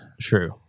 true